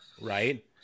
right